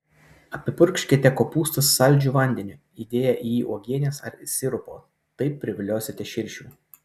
apipurkškite kopūstus saldžiu vandeniu įdėję į jį uogienės ar sirupo taip priviliosite širšių